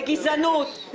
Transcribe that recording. לגזענות,